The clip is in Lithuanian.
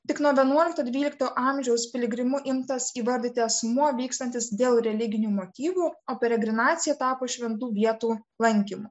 tik nuo vienuolikto dvylikto amžiaus piligrimu imtas įvardyti asmuo vykstantis dėl religinių motyvų o piligrimacija tapo šventų vietų lankymu